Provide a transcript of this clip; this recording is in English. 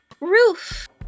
roof